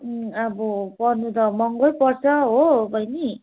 अब पर्नु त महँगो पर्छ हो बहिनी